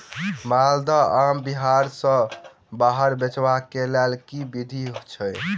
माल्दह आम बिहार सऽ बाहर बेचबाक केँ लेल केँ विधि छैय?